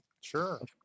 Sure